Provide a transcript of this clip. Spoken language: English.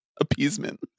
appeasement